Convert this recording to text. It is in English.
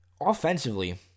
Offensively